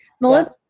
Melissa